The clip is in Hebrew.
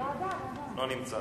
לא נמצא.